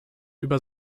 über